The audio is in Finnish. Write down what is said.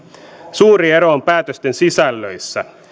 suuri ero on päätösten sisällöissä